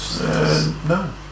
No